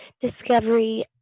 discovery